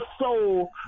soul